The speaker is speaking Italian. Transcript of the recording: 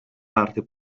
parte